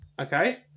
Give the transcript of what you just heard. okay